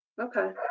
Okay